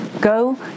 go